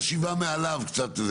חשיבה מעליו קצת.